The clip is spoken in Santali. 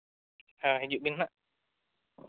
ᱦᱮᱸ ᱦᱤᱡᱩᱜ ᱵᱤᱱ ᱦᱟᱸᱜ